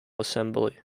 assembly